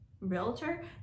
realtor